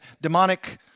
demonic